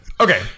Okay